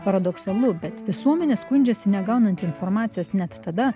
paradoksalu bet visuomenė skundžiasi negaunanti informacijos net tada